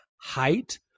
height